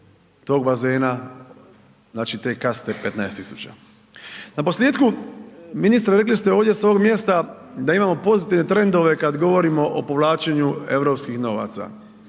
tog bazena, znači te kaste 15.000. Naposljetku, ministre rekli ste ovdje s ovog mjesta da imamo pozitivne trendove kad govorimo o povlačenju europskih novaca.